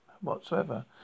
whatsoever